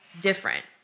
different